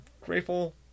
grateful